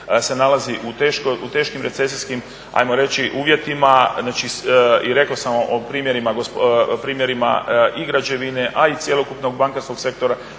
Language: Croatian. se nalazi u teškim recesijskim ajmo reći uvjetima. I rekao sam o primjerima i građevine a i cjelokupnog bankarskog sektora.